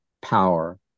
power